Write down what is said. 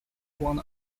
won